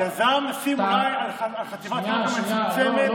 יזם ישים אולי על חתיכת קרקע מצומצמת,